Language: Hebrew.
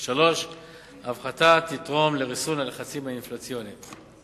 3. ההפחתה תתרום לריסון הלחצים האינפלציוניים.